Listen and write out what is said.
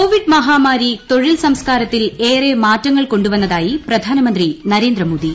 Covid മഹാമാരി തൊഴിൽ സംസ്കാരത്തിൽ ഏറെ മാറ്റങ്ങൾ കൊണ്ടു വന്നതായി പ്രധാനമന്ത്രി നരേന്ദ്രമോദി